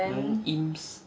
then imps